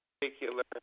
particular